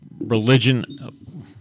religion